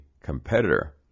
competitor